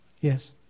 Yes